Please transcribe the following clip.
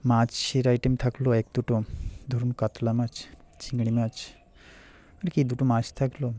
মাছের আইটেম থাকলো এক দুটো ধরুন কাতলা মাছ চিংড়ি মাছ আর কি দুটো মাছ থাকলো